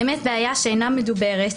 באמת בעיה שאינה מדוברת,